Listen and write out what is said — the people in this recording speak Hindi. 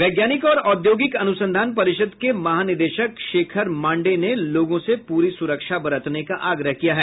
वैज्ञानिक और औद्योगिक अनुसंधान परिषद के महानिदेशक शेखर मांडे ने लोगों से पूरी सुरक्षा बरतने का आग्रह किया है